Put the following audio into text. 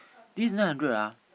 this nine hundred ah